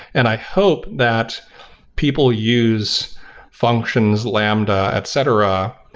and i hope that people use functions, lambda, etc,